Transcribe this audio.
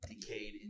Decayed